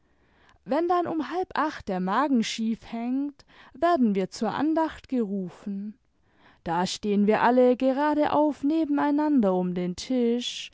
wenn dann um halb acht der magen schief hängt werden wir zur andacht gerufen da stehen wir alle gerade auf nebeneinander um den tisch